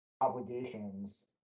obligations